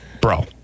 Bro